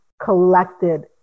collected